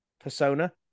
persona